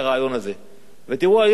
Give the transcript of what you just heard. אבל תראו מה קורה היום, בלי משא-ומתן,